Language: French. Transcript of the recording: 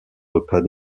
repas